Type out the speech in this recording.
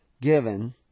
given